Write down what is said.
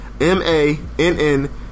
M-A-N-N